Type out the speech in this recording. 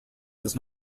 does